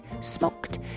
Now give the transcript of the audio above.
smoked